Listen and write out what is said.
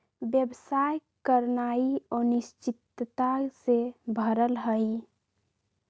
व्यवसाय करनाइ अनिश्चितता से भरल हइ